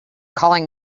calling